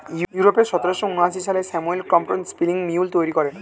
ইউরোপে সতেরোশো ঊনআশি সালে স্যামুয়েল ক্রম্পটন স্পিনিং মিউল তৈরি করেন